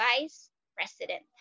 Vice-President